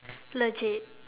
legit